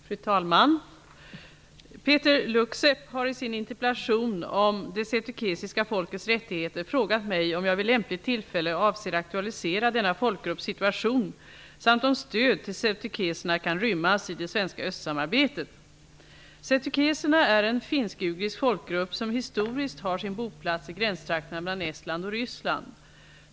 Fru talman! Peeter Luksep har i sin interpellation om det setukesiska folkets rättigheter frågat mig om jag vid lämpligt tillfälle avser att aktualisera denna folkgrupps situation samt om stöd till setukeserna kan rymmas i det svenska östsamarbetet. Setukeserna är en finsk-ugrisk folkgrupp som historiskt har sin boplats i gränstrakterna mellan Estland och Ryssland.